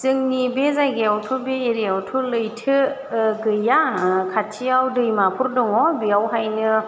जोंनि बे जायगायावथ' बे एरियायावथ' लैथो गैया खाथियाव दैमाफोर दङ बेयावहायनो